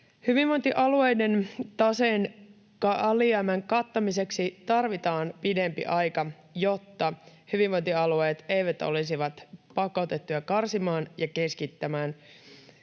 Hyvinvointialueiden taseen alijäämän kattamiseksi tarvitaan pidempi aika, jotta hyvinvointialueet eivät olisi pakotettuja karsimaan ja keskittämään